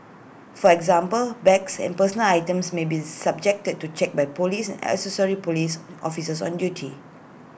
for example bags and personal items may be subjected to checks by Police Police officers on duty